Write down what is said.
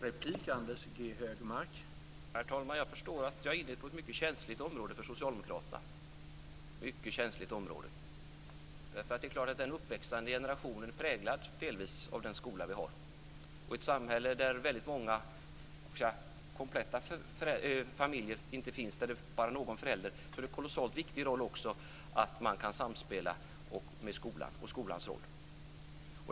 Herr talman! Jag förstår att jag är inne på ett mycket känsligt område för socialdemokraterna - ett mycket känsligt område. Det är klart att den uppväxande generationen präglas, delvis, av den skola vi har. I ett samhälle där väldigt många så att säga kompletta familjer inte finns, utan det bara finns någon förälder, är det också kolossalt viktigt att man kan samspela med skolan, och skolans roll är viktig.